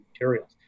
materials